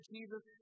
Jesus